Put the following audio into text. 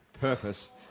purpose